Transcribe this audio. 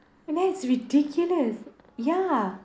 and that is ridiculous ya